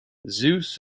zeus